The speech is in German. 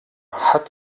hat